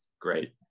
great